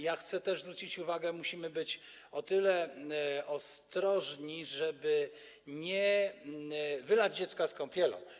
Ja chcę też zwrócić uwagę, że musimy być na tyle ostrożni, by nie wylać dziecka z kąpielą.